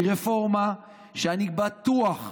מרפורמה שאני בטוח,